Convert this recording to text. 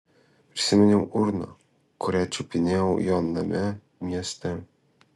prisiminiau urną kurią čiupinėjau jo name mieste